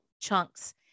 chunks